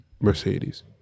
Mercedes